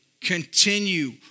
continue